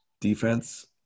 Defense